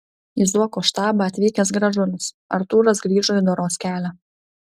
į zuoko štabą atvykęs gražulis artūras grįžo į doros kelią